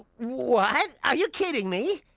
what? are you kidding me?